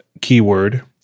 keyword